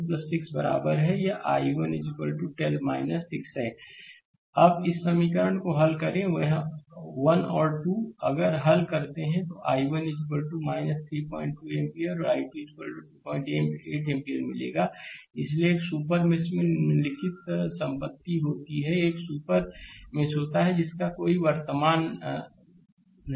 slide समय देखें 2342 Refer Slide Time 2356 अब इस समीकरण को हल करें 1 और 2 अगर हल करते हैं तो I1 32 एम्पीयर और I2 28 एम्पीयर मिलेगा इसलिए एक सुपर मेष में निम्नलिखित संपत्ति होती है एक सुपर मेष होता है जिसका कोई वर्तमान नहीं होता है